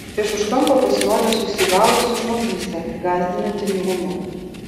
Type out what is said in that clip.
iš už kampo pasirodė susigaužusi žmogysta gąsdinanti niūrumu